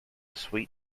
sweet